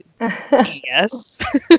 yes